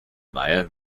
via